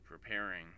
preparing